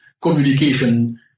communication